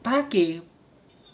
他给